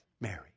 Mary